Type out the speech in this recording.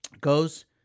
Goes